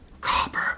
copper